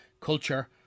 culture